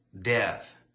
death